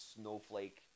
snowflake